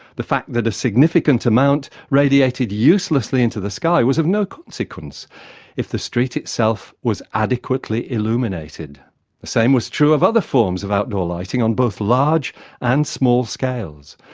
the fact that a significant amount radiated uselessly into the sky was of no consequence if the street itself was adequately illuminated. the same was true of other forms of outdoor lighting, on both large and small scales.